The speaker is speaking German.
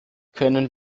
können